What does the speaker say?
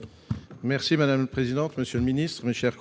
Kern, pour présenter l'amendement n° 53